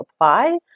apply